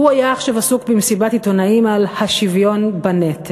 הוא היה עכשיו עסוק במסיבת עיתונאים על השוויון בנטל.